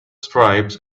stripes